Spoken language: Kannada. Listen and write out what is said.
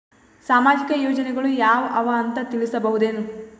ಸಾಮಾಜಿಕ ಯೋಜನೆಗಳು ಯಾವ ಅವ ಅಂತ ತಿಳಸಬಹುದೇನು?